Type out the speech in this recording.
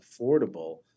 affordable